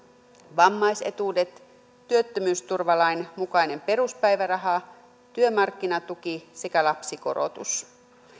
vammaisetuudet työttömyysturvalain mukainen peruspäiväraha työmarkkinatuki sekä lapsikorotus